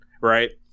right